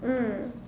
mm